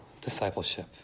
discipleship